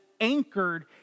anchored